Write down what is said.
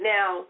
Now